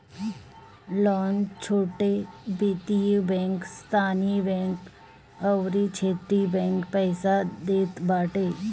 loan छोट वित्तीय bank, स्थानीय बैंक अउरी क्षेत्रीय बैंक पईसा देत बाटे